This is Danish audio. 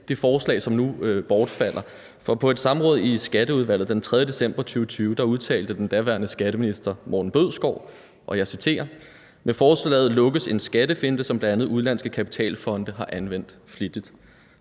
det forslag, som nu bortfalder. For på et samråd i Skatteudvalget den 3. december 2020 udtalte den daværende skatteminister, og jeg citerer: Med forslaget lukkes en skattefinte, som bl.a. udenlandske kapitalfonde har anvendt flittigt.